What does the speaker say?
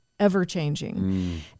ever-changing